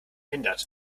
hindert